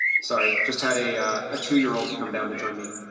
sorry, just had a ah two year old come down to join me.